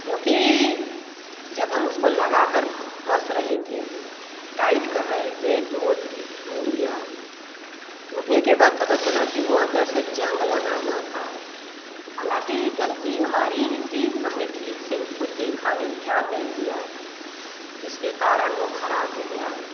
जो कि जब हम उसको लगाकर कस रहे थे टाइट कर रहे थे तो वो टूट गया टूटने के बाद पता चला कि वो अंदर से ज़ंग लगा हुआ था हालांकि गलती हमारी ही थी हमने ठीक से उसको देखा नहीं ध्यान नहीं दिया जिसके कारण वो खराब हो गया